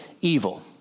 evil